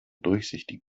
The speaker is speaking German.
durchsichtigen